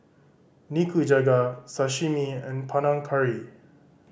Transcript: Nikujaga Sashimi and Panang Curry